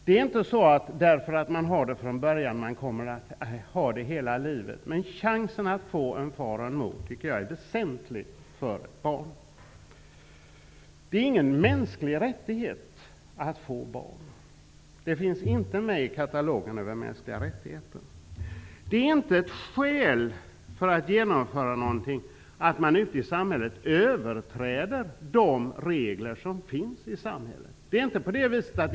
Det är inte så att man därför att man har det från början kommer att ha det hela livet. Men chansen att få en far och en mor tycker jag är en väsentlig fråga för ett barn. Det är ingen mänsklig rättighet att få barn. Den finns inte med i katalogen över mänskliga rättigheter. Att man överträder de regler som finns i samhället är inte ett skäl för att genomföra någonting.